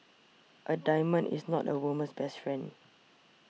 a diamond is not a woman's best friend